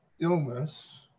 illness